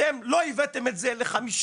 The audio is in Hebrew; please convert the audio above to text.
אתם לא הבאתם את זה לחמישה,